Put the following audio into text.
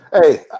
Hey